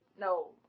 No